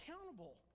accountable